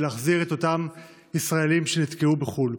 להחזיר את אותם ישראלים שנתקעו בחו"ל.